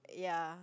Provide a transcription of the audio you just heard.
ya